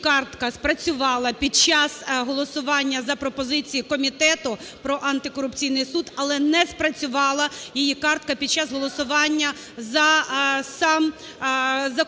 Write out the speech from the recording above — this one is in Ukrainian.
її картка спрацювала під час голосування за пропозиції комітету про антикорупційний суд, але не спрацювала її картка під час голосування за сам закон.